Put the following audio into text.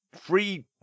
free